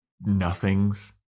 Nothings